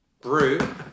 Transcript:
brew